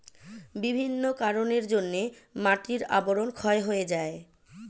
বিভিন্ন কারণের জন্যে মাটির আবরণ ক্ষয় হয়ে যায়